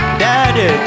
daddy